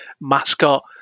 mascot